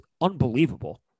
unbelievable